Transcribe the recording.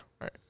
right